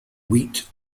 wheat